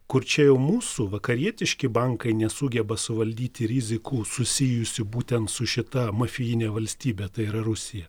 kur čia jau mūsų vakarietiški bankai nesugeba suvaldyti rizikų susijusių būtent su šita mafijine valstybe tai yra rusija